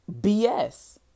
BS